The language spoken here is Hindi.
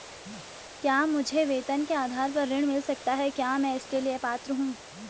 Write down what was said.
क्या मुझे वेतन के आधार पर ऋण मिल सकता है क्या मैं इसके लिए पात्र हूँ?